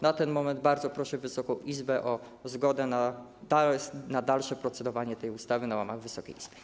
Na ten moment bardzo proszę Wysoką Izbę o zgodę na dalsze procedowanie nad tą ustawą na łamach Wysokiej Izby.